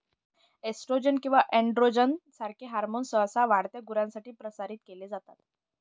oestrogen किंवा androgen सारखे hormones सहसा वाढत्या गुरांसाठी प्रशासित केले जातात